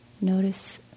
Notice